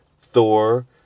Thor